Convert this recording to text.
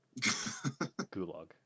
gulag